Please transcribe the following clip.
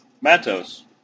Matos